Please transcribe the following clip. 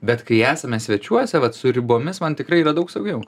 bet kai esame svečiuose vat su ribomis man tikrai yra daug saugiau